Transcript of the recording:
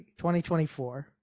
2024